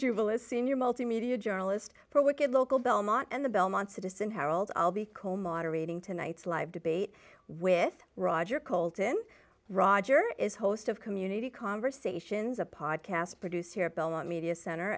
will is senior multimedia journalist for wicked local belmont and the belmont citizen harold i'll be cool moderating tonight's live debate with roger coulton roger is host of community conversations a podcast produced here at belmont media center